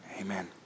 Amen